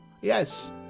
yes